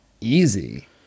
easy